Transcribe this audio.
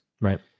Right